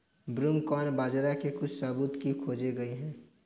broomcorn बाजरा के कुछ सबूत भी खोजे गए थे